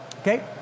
okay